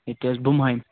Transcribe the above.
ییٚکے حظ بُمہٕ ہامہِ